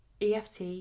EFT